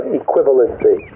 equivalency